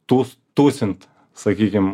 tūsint sakykim